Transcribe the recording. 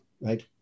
right